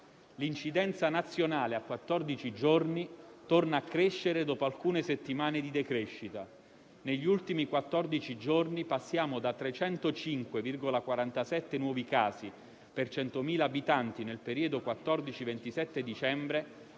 L'incidenza nazionale a quattordici giorni torna a crescere dopo alcune settimane di decrescita. Negli ultimi quattordici giorni passiamo da 305,47 nuovi casi per 100.000 abitanti nel periodo tra il 14 e